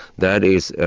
that is,